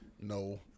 no